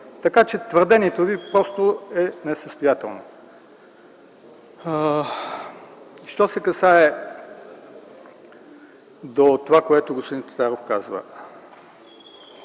четене. Твърдението Ви просто е несъстоятелно. Що се отнася до това, което господин Татарски казва.